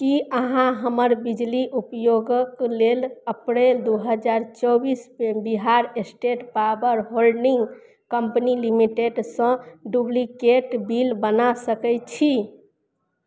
की अहाँ हमर बिजली उपयोगक लेल अप्रैल दू हजार चौबीस केर Bihar state power holding company लिमिटेडसँ डुप्लिकेट बिल बना सकय छी